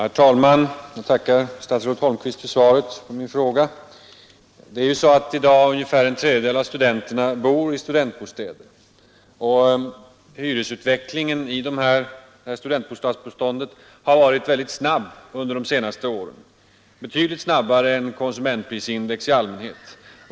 Herr talman! Jag tackar statsrådet Holmqvist för svaret på min fråga. I dag bor ungefär en tredjedel av studenterna i studentbostäder. Hyresutvecklingen i studentbostadsbeståndet har varit väldigt snabb under de senaste åren — betydligt snabbare än konsumentprisindexhöjningen i allmänhet.